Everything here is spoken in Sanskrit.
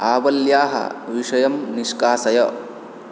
आवल्याः विषयं निष्कासय